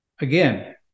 again